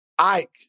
Ike